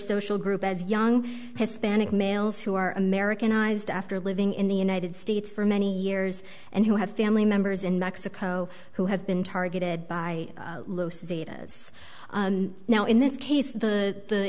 social group as young hispanic males who are americanized after living in the united states for many years and who have family members in mexico who have been targeted by los zetas now in this case the